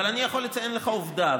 אבל אני יכול לציין לך עובדה,